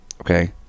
okay